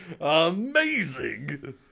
amazing